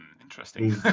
Interesting